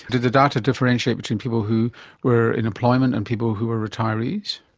did the data differentiate between people who were in employment and people who were retirees?